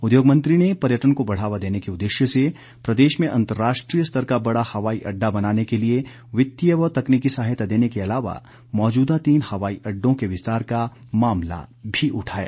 उद्योग मंत्री ने पर्यटन को बढ़ावा देने के उददेश्य से प्रदेश में अंतर्राष्ट्रीय स्तर का बड़ा हवाई अड्डा बनाने के लिए वित्तीय व तकनीकी सहायता देने के अलावा मौजूदा तीन हवाई अड्डो के विस्तार का मामला भी उठाया